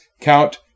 count